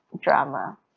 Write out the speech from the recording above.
drama